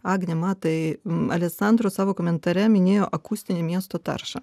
agne matai alesandro savo komentare minėjo akustinę miesto taršą